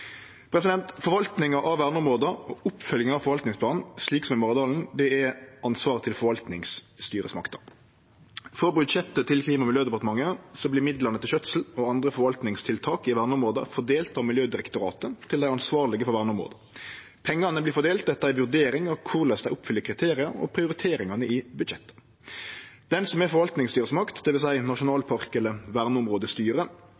er ansvaret til forvaltningsstyresmakta. For budsjettet til Klima- og miljødepartementet vert midlane til skjøtsel og andre forvaltningstiltak i verneområda fordelte av Miljødirektoratet til dei ansvarlege for verneområdet. Pengane vert fordelte etter ei vurdering av korleis dei oppfyller kriteria, og prioriteringane i budsjettet. Den som er forvaltningsstyresmakt,